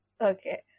Okay